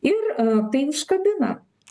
ir tai užkabina